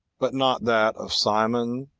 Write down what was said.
but not that of simon,